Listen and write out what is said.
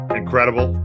incredible